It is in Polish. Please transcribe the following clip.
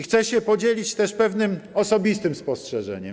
Chcę też podzielić się pewnym osobistym spostrzeżeniem.